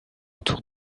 autour